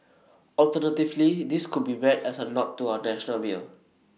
alternatively this could be read as A nod to our national beer